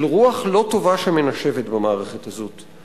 של רוח לא טובה שמנשבת במערכת הזאת,